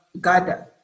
gada